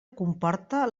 comporta